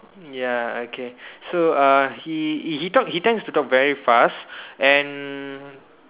ya okay so uh he he talk he tends to talk very fast and